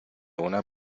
una